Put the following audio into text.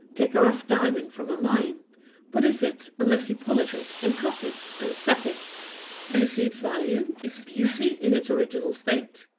take a rough diamond from a mine what is it, unless you polish it, and cut it, and set it? do you see its value, its beauty, in its original state?